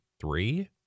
three